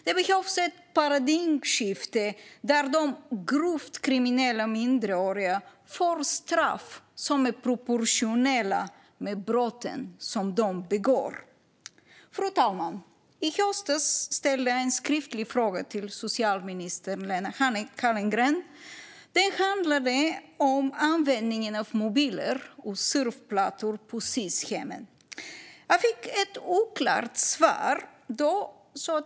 Det behövs ett paradigmskifte där de grovt kriminella minderåriga får straff som är proportionerliga till de brott som de begår. Fru talman! I höstas ställde jag en skriftlig fråga till socialminister Lena Hallengren. Den handlade om användningen av mobiler och surfplattor på Sis-hemmen. Jag fick ett oklart svar då.